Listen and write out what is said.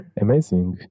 Amazing